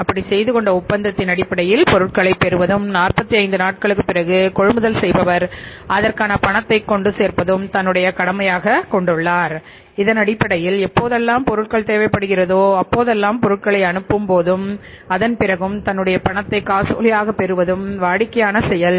அப்படி செய்து கொண்ட ஒப்பந்தத்தின் அடிப்படையில் பொருட்களை பெறுவதும் 45 நாட்களுக்கு பிறகு கொள்முதல் செய்பவர் அதற்கான பணத்தை கொண்டு சேர்ப்பதும் தன்னுடைய கடமையாக கொண்டுள்ளார் இதனடிப்படையில் எப்பொழுதெல்லாம் பொருட்கள் தேவைப்படுகிறதோ அப்பொழுதெல்லாம் பொருட்களை அனுப்பும் போதும் அதன் பிறகும் தன்னுடைய பணத்தை காசோலையாக பெறுவதும் வாடிக்கையான செயல்